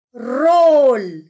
Roll